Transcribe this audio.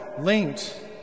linked